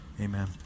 amen